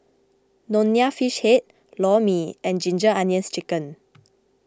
Nonya Fish Head Lor Mee and Ginger Onions Chicken